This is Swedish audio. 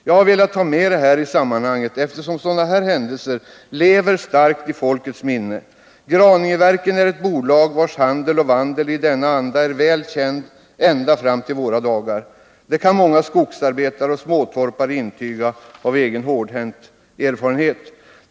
Jag har velat ta med detta i sammanhanget, eftersom sådana händelser lever starkt i folkets minne. Graningeverken är ett bolag vars handel och vandel i denna anda är väl känd ända fram till våra dagar. Det kan många skogsarbetare och småtorpare intyga av egen hårdhänt erfarenhet.